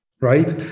right